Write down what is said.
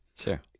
Sure